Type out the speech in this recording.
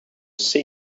see